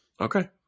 Okay